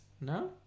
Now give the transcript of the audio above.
No